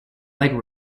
leg